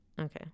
Okay